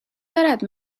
دارد